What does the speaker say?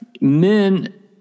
men